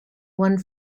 one